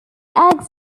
eggs